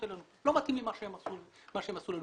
אלינו ולומר שלא מתאים להם מה שעשו להם.